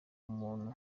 muntu